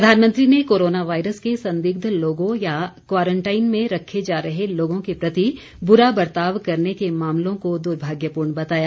प्रधानमंत्री ने corona virus के संदिग्ध लोगों या क्वारंटाइन में रखे जा रहे लोगों के प्रति बुरा बर्ताव करने के मामलों को दुर्भाग्यपूर्ण बताया